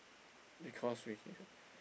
because we